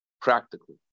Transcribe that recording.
practically